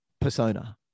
persona